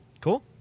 Cool